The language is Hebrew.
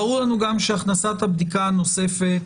גם ברור לנו שהכנסת הבדיקה הנוספת,